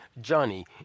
Johnny